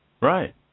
Right